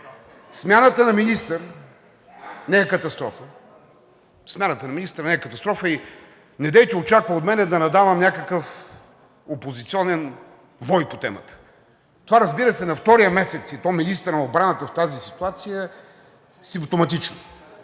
Смяната на министър не е катастрофа и недейте очаква от мен да надавам някакъв опозиционен вой по темата. Това на втория месец, и то министър на отбраната в тази ситуация, е симптоматично,